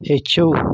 ہیٚچھِو